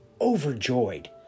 overjoyed